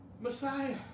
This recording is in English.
Messiah